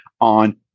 on